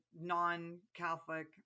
non-Catholic